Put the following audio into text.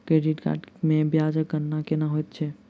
credit card मे ब्याजक गणना केना होइत छैक